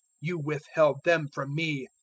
you withheld them from me